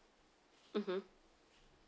mmhmm